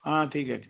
हां ठीक आहे ठीक आहे